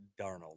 Darnold